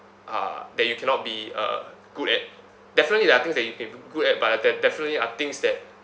uh that you cannot be uh good at definitely there are things that you can good at but there definitely are things that